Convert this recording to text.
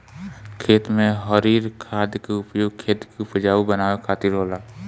खेत में हरिर खाद के उपयोग खेत के उपजाऊ बनावे के खातिर होला